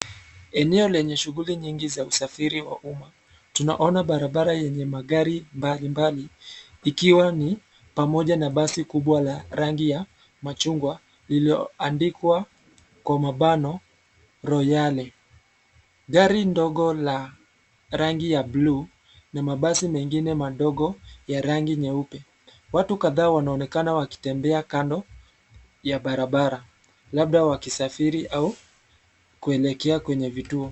Eneo lenye shughuli nyingi za usafiri wa umma, tunaona barabara yenye magari mbalimbali ikiwa ni pamoja na basi kubwa la rangi ya machungwa lililoandikwa kwa mabano Royale, gari ndogo la rangi ya blue na mabasi mengine madogo ya rangi nyeupe. Watu kadhaa wanaonekana wakitembea kando ya barabara labda wakisafiri au kuelekea kwenye vituo.